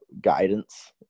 guidance